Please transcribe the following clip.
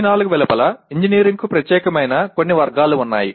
ఈ నాలుగు వెలుపల ఇంజనీరింగ్కు ప్రత్యేకమైన కొన్ని వర్గాలు ఉన్నాయి